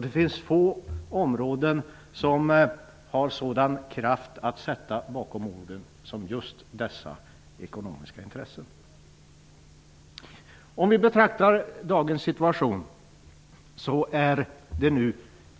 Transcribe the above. Det finns få områden där någon har sådan kraft att sätta bakom orden som just dessa ekonomiska intressen. Om vi betraktar dagens situation är det nu